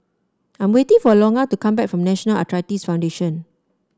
I am waiting for Logan to come back from National Arthritis Foundation